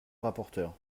rapporteur